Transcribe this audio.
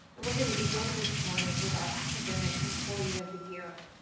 and we're gonna begin this morning with our academic employee of the year.